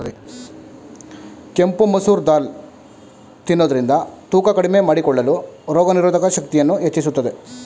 ಕೆಂಪು ಮಸೂರ್ ದಾಲ್ ತಿನ್ನೋದ್ರಿಂದ ತೂಕ ಕಡಿಮೆ ಮಾಡಿಕೊಳ್ಳಲು, ರೋಗನಿರೋಧಕ ಶಕ್ತಿಯನ್ನು ಹೆಚ್ಚಿಸುತ್ತದೆ